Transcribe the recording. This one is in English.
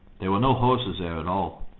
there were no horses there at all.